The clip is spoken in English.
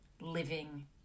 living